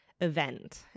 event